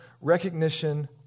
recognition